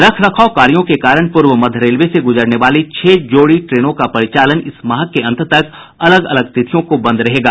रख रखाव कार्यों के कारण पूर्व मध्य रेल से गुजरने वाली छह जोड़ी ट्रेनों का परिचालन इस माह के अंत तक अलग अलग तिथियों को बंद रहेगा